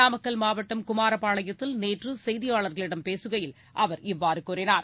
நாமக்கல் மாவட்டம் குமாரபாளையத்தில் நேற்று செய்தியாளர்களிடம் பேசுகையில் அவர் இவ்வாறு கூறினார்